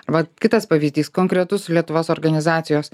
vat kitas pavyzdys konkretus lietuvos organizacijos